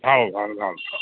ভাল ভাল ভাল